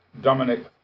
Dominic